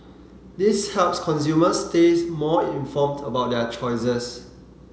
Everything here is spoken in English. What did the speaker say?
this helps consumers stays more informed about their choices